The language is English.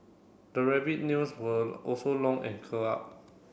the rabbit nails were also long and curled up